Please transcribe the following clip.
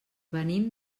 venim